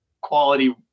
quality